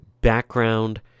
background